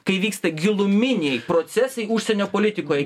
kai vyksta giluminiai procesai užsienio politikoje